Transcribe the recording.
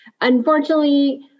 Unfortunately